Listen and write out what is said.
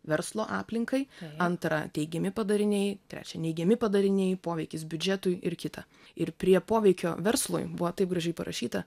verslo aplinkai antra teigiami padariniai trečia neigiami padariniai poveikis biudžetui ir kita ir prie poveikio verslui buvo taip gražiai parašyta